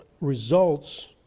results